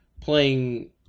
playing